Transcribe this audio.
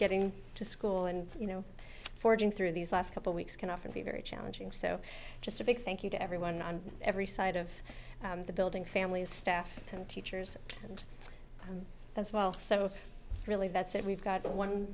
getting to school and you know forging through these last couple weeks can often be very challenging so just a big thank you to everyone on every side of the building families staff and teachers and that's well so really that's it we've got one